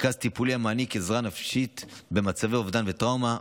מרכז טיפולי המעניק עזרה נפשית במצבי אובדן וטראומה.